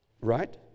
Right